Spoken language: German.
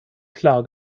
klar